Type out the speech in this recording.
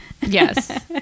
yes